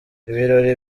ibirori